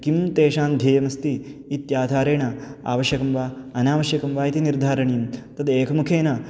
किं तेषां ध्येयमस्ति इत्याधारेण आवश्यकं वा अनावश्यकं वा इति निर्धारणीयं तद् एकमुखेन